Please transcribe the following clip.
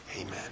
Amen